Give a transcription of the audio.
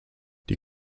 die